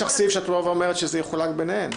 יש לך סעיף שאת באה ואומרת שזה יחולק ביניהן?